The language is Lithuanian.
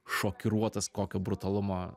šokiruotas kokio brutalumo